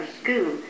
school